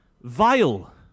vile